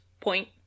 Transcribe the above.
point